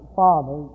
father